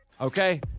Okay